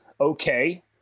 Okay